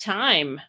time